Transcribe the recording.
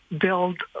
build